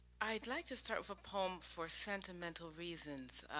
i'd like to start with a poem for sentimental reasons.